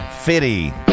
Fitty